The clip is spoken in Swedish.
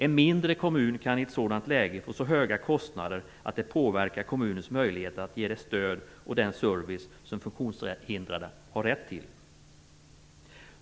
En mindre kommun kan i ett sådant läge få så höga kostnader att det påverkar kommunens möjligheter att ge det stöd och den service som funktionshindrade har rätt till.